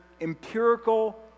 empirical